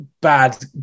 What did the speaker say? bad